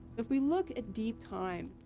if we look at deep time,